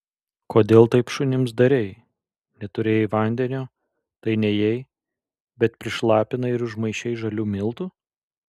kodėl taip šunims darei neturėjai vandenio tai nėjai bet prišlapinai ir užmaišei žalių miltų